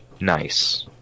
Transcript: nice